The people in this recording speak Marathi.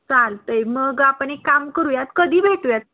चालतं आहे मग आपण एक काम करूयात कधी भेटूयात